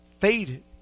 faded